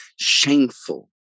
shameful